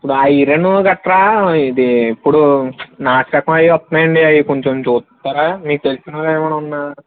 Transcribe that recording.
iron గట్రా ఇది ఇప్పుడు నాసిరకం అవి వస్తున్నాయండి అవి కొంచెం చూస్తారా మీకు తెలిసిన వాళ్ళు ఏమైనా